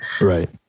Right